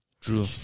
True